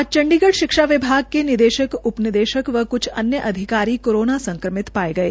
आज चंडीगढ़ शिक्षा विभाग के निदेशक उप निदेशक व क्छ अन्य अधिकारी संक्रमित पाये गये